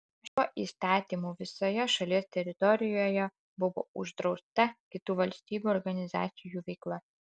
šiuo įstatymu visoje šalies teritorijoje buvo uždrausta kitų valstybių organizacijų veikla